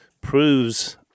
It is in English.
proves